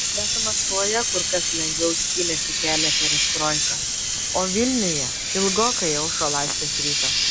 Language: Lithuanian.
net maskvoje kur kas lengviau skynėsi kelią perestroika o vilniuje ilgokai aušo laisvės rytas